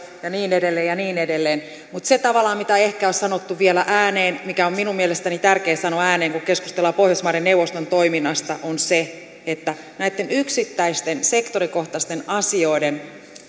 ja niin edelleen ja niin edelleen mutta se mitä tavallaan ehkä ei ole sanottu vielä ääneen mikä on minun mielestäni tärkeä sanoa ääneen kun keskustellaan pohjoismaiden neuvoston toiminnasta on se että näitten yksittäisten sektorikohtaisten asioiden